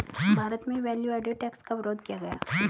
भारत में value added tax का विरोध किया गया